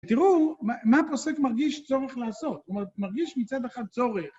תראו מה הפוסק מרגיש צורך לעשות, הוא מרגיש מצד אחד צורך.